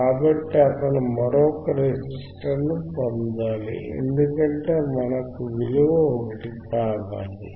కాబట్టి అతను మరొక రెసిస్టర్ను పొందాలి ఎందుకంటే మనకు విలువ 1 కావాలి